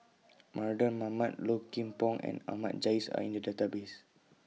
Mardan Mamat Low Kim Pong and Ahmad Jais Are in The Database